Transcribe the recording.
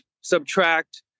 subtract